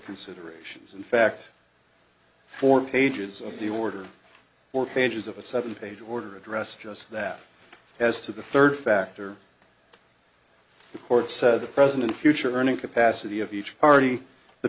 considerations in fact four pages of the order or pages of a seven page order addressed just that as to the third factor the court said the president future earning capacity of each party the